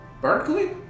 Berkeley